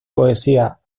poesías